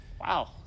Wow